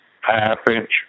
half-inch